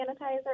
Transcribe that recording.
sanitizer